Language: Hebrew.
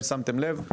אם שמתם לב,